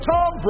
Tom